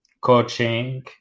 coaching